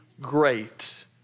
great